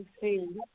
see